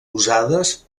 usades